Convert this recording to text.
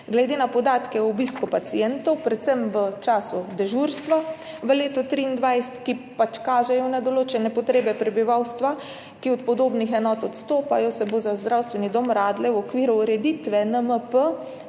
Glede na podatke o obisku pacientov predvsem v času dežurstva v letu 2023, ki kažejo na določene potrebe prebivalstva, ki od podobnih enot odstopajo, se bo za Zdravstveni dom Radlje ob Dravi v okviru ureditve NMP